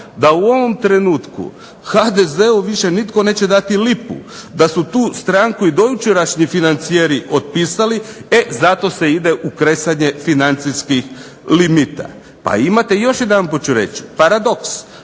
da u ovome trenutku HDZ-u više nitko neće dati lipu, da su tu stranku dojučerašnji financijeri otpisali zato se ide u kresanje financijskih limita. Pa imate još jedanput ću reći, paradoks